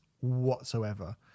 whatsoever